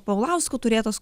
paulausko turėtas